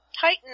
Titan